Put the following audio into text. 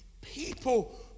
people